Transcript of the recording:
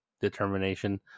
determination